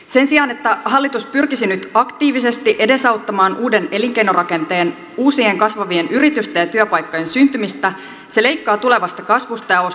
sen sijaan että hallitus pyrkisi nyt aktiivisesti edesauttamaan uuden elinkeinorakenteen uusien kasvavien yritysten ja työpaikkojen syntymistä se leikkaa tulevasta kasvusta ja ostovoimasta